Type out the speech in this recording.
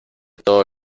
todo